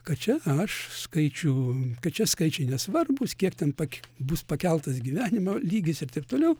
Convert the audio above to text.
kad čia aš skaičių kad čia skaičiai nesvarbūs kiek ten pak pakeltas gyvenimo lygis ir taip toliau